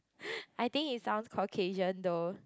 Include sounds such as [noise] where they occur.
[breath] I think he sounds Caucasian though